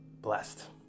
blessed